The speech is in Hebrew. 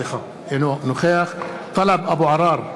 אינו נוכח טלב אבו עראר,